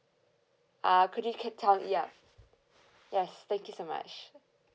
uh could you can tell yeah yes thank you so much